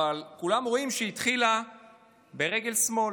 אבל כולם רואים שהיא התחילה ברגל שמאל.